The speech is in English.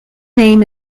name